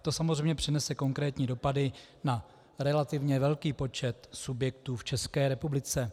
To samozřejmě přinese konkrétní dopady na relativně velký počet subjektů v České republice.